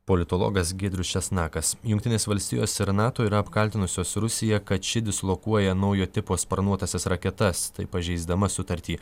politologas giedrius česnakas jungtinės valstijos ir nato yra apkaltinusios rusiją kad ši dislokuoja naujo tipo sparnuotąsias raketas taip pažeisdama sutartį